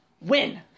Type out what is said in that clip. Win